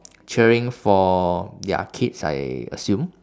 cheering for their kids I assume